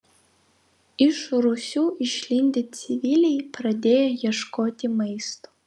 iš rūsių išlindę civiliai pradėjo ieškoti maisto